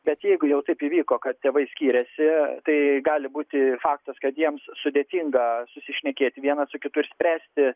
bet jeigu jau taip įvyko kad tėvai skiriasi tai gali būti faktas kad jiems sudėtinga susišnekėti vienas su kitu ir spręsti